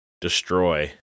destroy